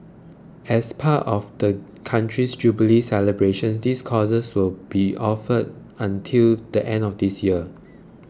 as part of the country's jubilee celebrations these courses will be offered until the end of this year